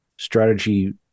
strategy